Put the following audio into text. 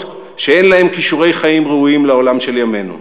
שאין להם כישורי חיים ראויים לעולם של ימינו.